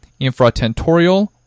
infratentorial